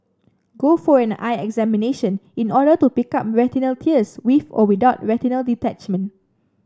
go for an eye examination in order to pick up retinal tears with or without retinal detachment